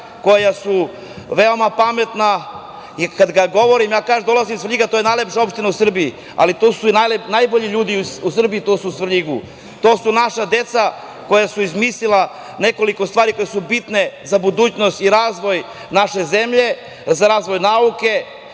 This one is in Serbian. koja su veoma pametna i kada govorim da dolazim iz Svrljiga, to je najlepša opština u Srbiji, ali tu su i najbolji ljudi u Srbiji, to su u Svrljigu. To su naša deca koja su izmislila nekoliko stvari koje su bitne za budućnost i razvoj naše zemlje, za razvoj nauke.